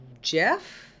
Jeff